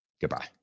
Goodbye